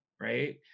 Right